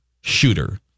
shooter